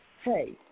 hey